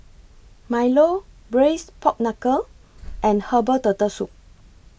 Milo Braised Pork Knuckle and Herbal Turtle Soup